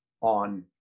on